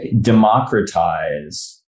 democratize